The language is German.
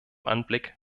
anblick